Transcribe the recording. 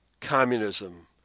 communism